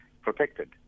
protected